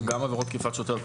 וגם עבירות תקיפת שוטר.